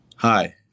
Hi